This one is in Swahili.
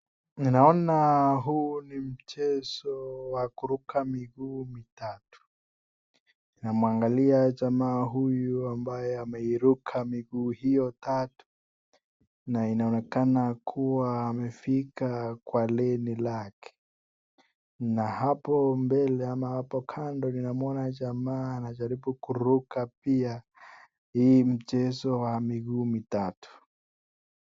Ninaona huu ni mchezo wa kuruka miguu mitatu. Namwangalia jamaa huyu ambaye ameiruka miguu hiyo tatu na inaonekana kuwa amefika kwa leni lake na hapo mbele ama hapo kando ninamwona jamaa anajaribu kuruka pia hii mchezo wa miguu mitatu.